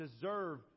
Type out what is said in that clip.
deserve